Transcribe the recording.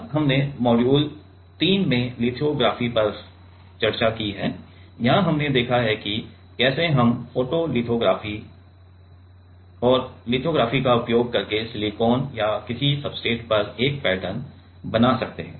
अब हमने मॉड्यूल 3 में लिथोग्राफी पर चर्चा की है यहां हमने देखा कि कैसे हम फोटोलिथोग्राफी और लिथोग्राफी का उपयोग करके सिलिकॉन या किसी सब्सट्रेट पर एक पैटर्न बना सकते हैं